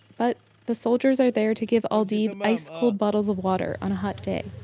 but the soldiers are there to give aldeeb ice-cold bottles of water on a hot day.